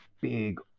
big